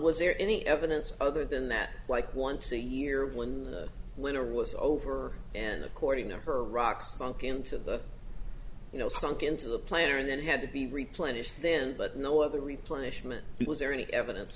was there any evidence other than that like once a year when winter was over and according to her rock sunk into the you know sunk into the planter that had to be replenished then but no other replacements was there any evidence